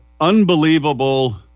unbelievable